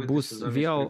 bus vėl